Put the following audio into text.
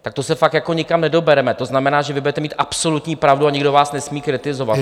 Tak to se fakt jako nikam nedobereme, to znamená, že vy budete mít absolutní pravdu a nikdo vás nesmí kritizovat.